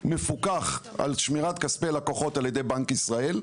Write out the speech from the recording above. מפוקח על שמירת כספי הלקוחות על ידי בנק ישראל,